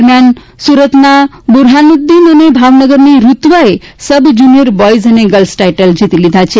દરમિયાન સુરતના બુરહાનુ દીન અને ભાવનગરની રૂત્વા એ સબ જુનીયર બોયઝ અને ગર્લ્સ ટાઈટલ જીતી લીધા છે